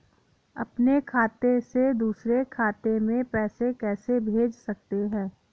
अपने खाते से दूसरे खाते में पैसे कैसे भेज सकते हैं?